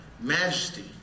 majesty